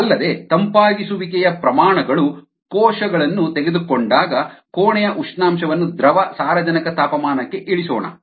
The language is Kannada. ಅಲ್ಲದೆ ತಂಪಾಗಿಸುವಿಕೆಯ ಪ್ರಮಾಣ ಗಳು ಕೋಶಗಳನ್ನು ತೆಗೆದುಕೊಂಡಾಗ ಕೋಣೆಯ ಉಷ್ಣಾಂಶವನ್ನು ದ್ರವ ಸಾರಜನಕ ತಾಪಮಾನಕ್ಕೆ ಇಳಿಸೋಣ